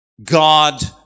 god